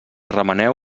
remeneu